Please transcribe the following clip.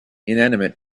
inanimate